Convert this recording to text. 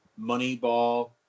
Moneyball